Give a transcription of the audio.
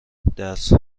درس